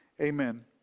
amen